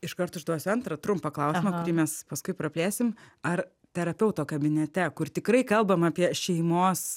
iškart užduosiu antrą trumpą klausimą kurį mes paskui praplėsim ar terapeuto kabinete kur tikrai kalbam apie šeimos